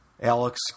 Alex